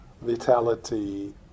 vitality